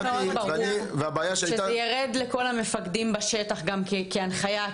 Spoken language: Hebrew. שזה ירד לכל המפקדים בשטח כהנחיה,